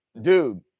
dude